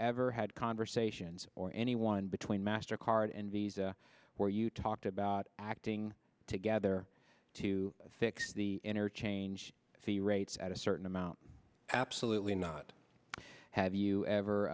ever had conversations or any one between master card and visa where you talked about acting together to fix the interchange fee rates at a certain amount absolutely not have you